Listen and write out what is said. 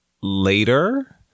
later